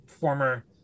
former